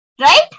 Right